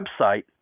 website